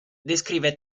descrive